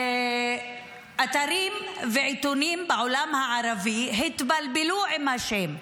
אתרים ועיתונים בעולם הערבי התבלבלו עם השם,